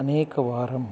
अनेकवारम्